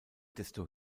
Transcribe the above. desto